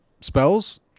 spells